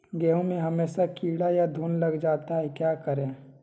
गेंहू में हमेसा कीड़ा या घुन लग जाता है क्या करें?